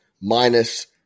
minus